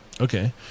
Okay